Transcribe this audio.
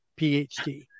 phd